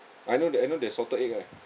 I know that I know there's salted egg ah